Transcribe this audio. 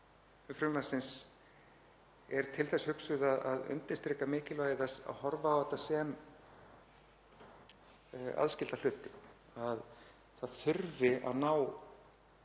það þarf að ná